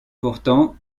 pourtant